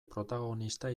protagonista